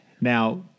Now